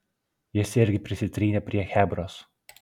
jis irgi prisitrynė prie chebros